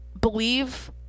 believe